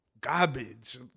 garbage